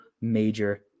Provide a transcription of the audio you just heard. major